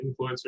influencers